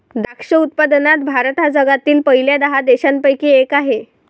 द्राक्ष उत्पादनात भारत हा जगातील पहिल्या दहा देशांपैकी एक आहे